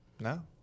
No